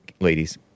ladies